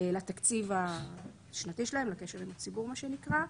לתקציב השנתי שלהם, לקשר עם הציבור מה שנקרא.